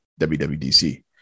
WWDC